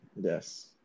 Yes